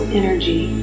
energy